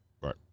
Right